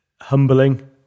humbling